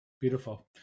Beautiful